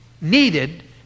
needed